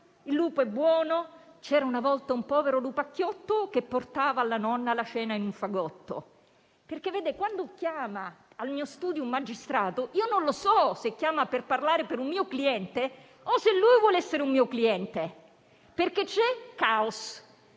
il lupo è buono, c'era una volta un povero lupacchiotto che portava alla nonna la cena in un fagotto. Quando chiama al mio studio un magistrato, non so se chiama per un mio cliente o se lui vuole essere un mio cliente. Questo perché c'è caos,